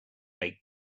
make